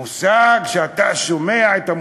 מושג שכשאתה שומע אותו,